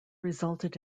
resulted